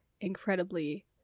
incredibly